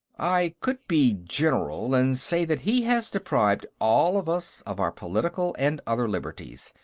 i could be general, and say that he has deprived all of us of our political and other liberties.